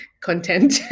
content